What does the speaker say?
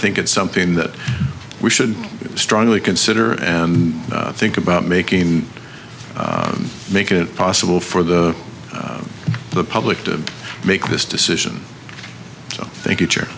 think it's something that we should strongly consider and think about making make it possible for the public to make this decision so thank you